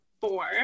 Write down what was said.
four